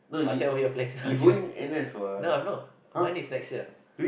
I tell you a place no I'm not mine is next year